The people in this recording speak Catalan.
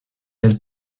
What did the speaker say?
del